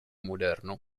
moderno